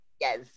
Yes